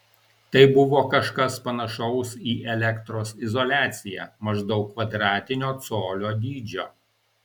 tai buvo kažkas panašaus į elektros izoliaciją maždaug kvadratinio colio dydžio